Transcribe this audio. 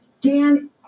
Dan